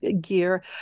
gear